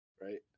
right